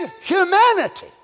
humanity